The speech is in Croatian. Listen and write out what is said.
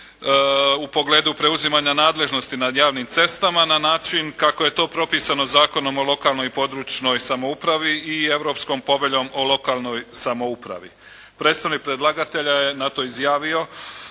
u pogledu preuzimanja nadležnosti nad javnim cestama na način kako je to propisano Zakonom o lokalnoj i područnoj samoupravi i Europskom poveljom o lokalnoj samoupravi. Predstavnik predlagatelja je na to izjavio